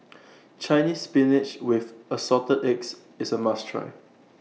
Chinese Spinach with Assorted Eggs IS A must Try